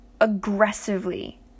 aggressively